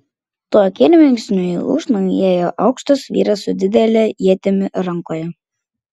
tuo akimirksniu į lūšną įėjo aukštas vyras su didele ietimi rankoje